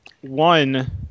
one